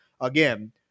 again